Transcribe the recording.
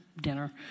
dinner